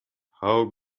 how